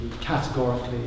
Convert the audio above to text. categorically